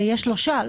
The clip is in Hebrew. זה יהיה שלושה.